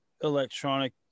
electronic